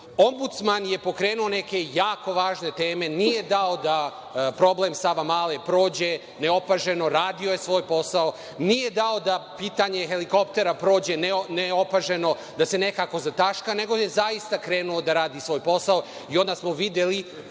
posao. Ombudsman je pokrenuo neke jako važne teme. Nije dao da problem Savamale prođe neopoaženo. Radio je svoj posao. Nije dao da pitanje helikoptera prođe neopaženo, da se nekako zataška, nego je zaista krenuo da radi svoj posao, i onda smo videli